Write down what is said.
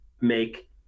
make